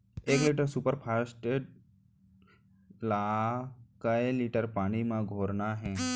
एक litre super phosphate ला कए लीटर पानी मा घोरना हे?